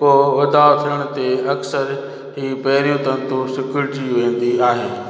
को वधाउ थियण ते अक्सर हीअ पहिरीं तंतु सिकुड़जी वेंदी आहे